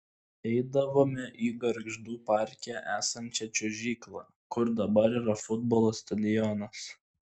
eidavome į gargždų parke esančią čiuožyklą kur dabar yra futbolo stadionas